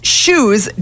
shoes